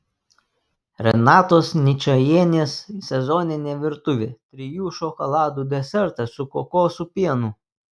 renatos ničajienės sezoninė virtuvė trijų šokoladų desertas su kokosų pienu